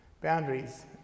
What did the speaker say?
boundaries